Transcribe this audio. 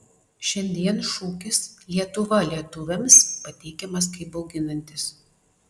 šiandien šūkis lietuva lietuviams pateikiamas kaip bauginantis